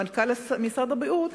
מנכ"ל משרד הבריאות,